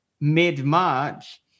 mid-March